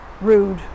rude